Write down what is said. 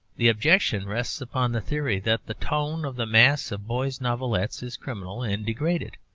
the objection rests upon the theory that the tone of the mass of boys' novelettes is criminal and degraded,